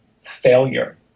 failure